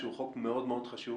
שהוא חוק מאוד מאוד חשוב,